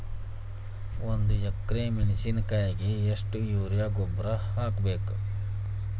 ಒಂದು ಎಕ್ರೆ ಮೆಣಸಿನಕಾಯಿಗೆ ಎಷ್ಟು ಯೂರಿಯಾ ಗೊಬ್ಬರ ಹಾಕ್ಬೇಕು?